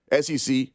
SEC